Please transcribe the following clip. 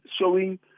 showing